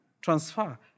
transfer